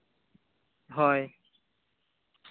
ᱦᱳᱭ